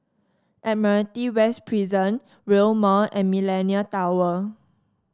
Admiralty West Prison Rail Mall and Millenia Tower